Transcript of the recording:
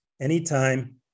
anytime